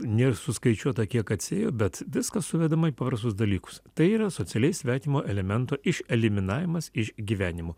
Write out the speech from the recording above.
nėr suskaičiuota kiek atsiėjo bet viskas suvedama į paprastus dalykus tai yra socialiai svetimo elemento išeliminavimas iš gyvenimo